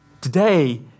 Today